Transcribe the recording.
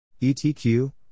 ETQ